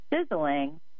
sizzling